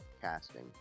Casting